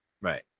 Right